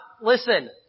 listen